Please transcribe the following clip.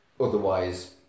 otherwise